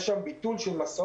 יש שם ביטול של הסעות,